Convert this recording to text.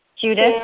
Judith